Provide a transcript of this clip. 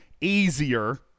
easier